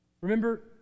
Remember